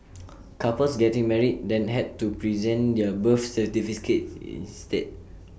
couples getting married then had to present their birth certificates instead